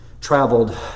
traveled